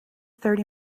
thirty